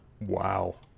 wow